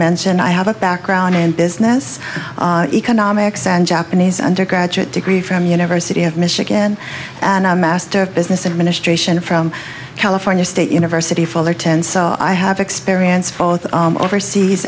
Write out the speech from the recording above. mentioned i have a background in business economics and japanese undergraduate degree from university of michigan and a master of business administration from california state university fullerton so i have experience both overseas